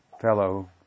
fellow